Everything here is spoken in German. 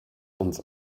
uns